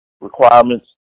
requirements